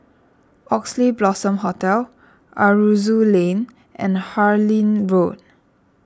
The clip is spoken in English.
Oxley Blossom Hotel Aroozoo Lane and Harlyn Road